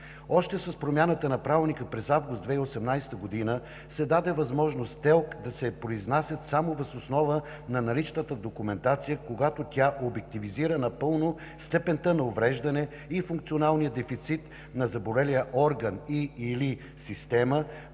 Още с промяната на Правилника през месец август 2018 г. се даде възможност ТЕЛК да се произнасят само въз основа на наличната документация, когато тя обективизира напълно степента на увреждане и функционалния дефицит на заболелия орган и/или система,